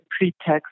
pretext